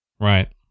Right